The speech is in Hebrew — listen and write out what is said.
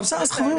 בסדר.